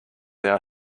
our